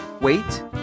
wait